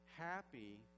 Happy